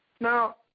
Now